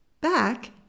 back